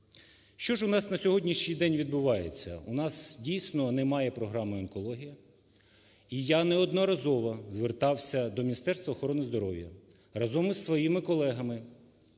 Що ж у нас на сьогоднішній день відбувається? У нас, дійсно, немає програми "Онкологія". І я неодноразово звертався до Міністерства охорони здоров'я разом із своїми колегами,